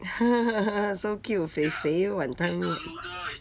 so cute 肥肥 wanton 面